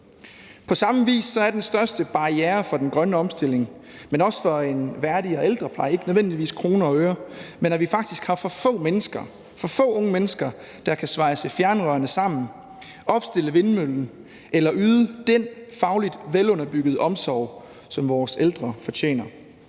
På samme vis er den største barriere for den grønne omstilling, men også for en værdigere ældrepleje ikke nødvendigvis kroner og øre, men at vi faktisk har for få mennesker, for få unge mennesker, der kan svejse fjernrørene sammen, opstille vindmøllen eller yde den fagligt velunderbyggede omsorg, som vores ældre fortjener.